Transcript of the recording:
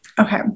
Okay